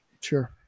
sure